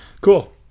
Cool